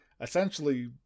essentially